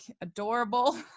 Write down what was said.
adorable